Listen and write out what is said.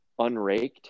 unraked